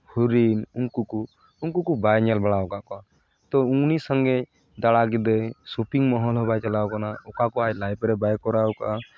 ᱦᱚᱨᱤᱱ ᱩᱱᱠᱩ ᱠᱚ ᱩᱱᱠᱩ ᱠᱚ ᱵᱟᱭ ᱧᱮᱞ ᱵᱟᱲᱟ ᱠᱟᱜ ᱠᱚᱣᱟ ᱛᱳ ᱩᱱᱤ ᱥᱚᱸᱜᱮ ᱫᱟᱬᱟ ᱠᱤᱫᱟᱹᱧ ᱥᱚᱯᱤᱝ ᱢᱚᱞ ᱦᱚᱸ ᱵᱟᱭ ᱪᱟᱞᱟᱣ ᱟᱠᱟᱱᱟ ᱚᱠᱟ ᱠᱚ ᱟᱡ ᱞᱟᱭᱤᱯᱷ ᱨᱮ ᱵᱟᱭ ᱠᱚᱨᱟᱣ ᱠᱟᱜᱼᱟ